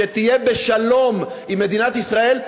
שתהיה בשלום עם מדינת ישראל,